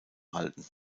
halten